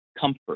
comfort